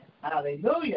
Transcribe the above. Hallelujah